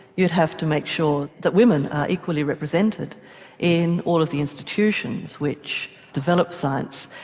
you'd have to make sure that women are equally represented in all of the institutions which develop science.